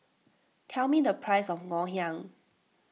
tell me the price of Ngoh Hiang